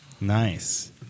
Nice